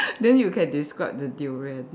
then you can describe the durian